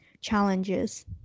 challenges